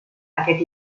aquest